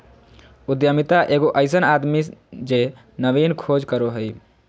उद्यमिता एगो अइसन आदमी जे नवीन खोज करो हइ